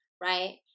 right